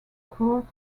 court